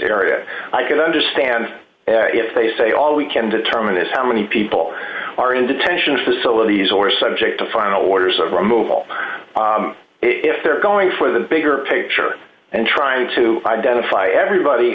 area i can understand if they say all we can determine is how many people are in detention facilities or subject to final orders of removal if they're going for the bigger picture and trying to identify everybody